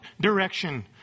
direction